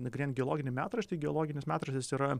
nagrinėjant geologinį metraštį geologinis metraštis yra